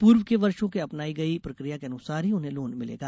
पूर्व के वर्षो में अपनाई गई प्रक्रिया के अनुसार ही उन्हें लोन मिलेगा